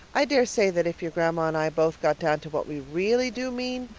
i daresay that if your grandma and i both got down to what we really do mean,